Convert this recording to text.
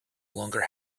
longer